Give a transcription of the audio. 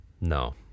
no